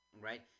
right